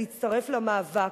להצטרף למאבק,